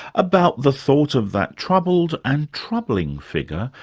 about the thought of that troubled and troubling figure,